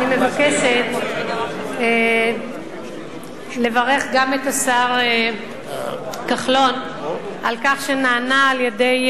אני מבקשת גם לברך את השר כחלון על כך שנענה על-ידי